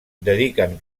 dediquen